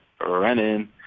running